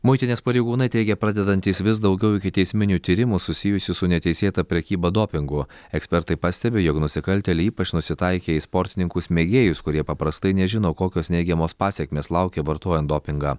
muitinės pareigūnai teigia pradedantys vis daugiau ikiteisminių tyrimų susijusių su neteisėta prekyba dopingu ekspertai pastebi jog nusikaltėliai ypač nusitaikė į sportininkus mėgėjus kurie paprastai nežino kokios neigiamos pasekmės laukia vartojant dopingą